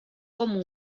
como